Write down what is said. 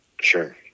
Sure